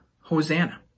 Hosanna